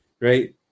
right